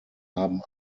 haben